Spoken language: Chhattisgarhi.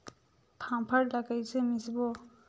फाफण ला कइसे मिसबो?